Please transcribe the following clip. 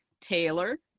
Taylor